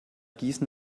gießen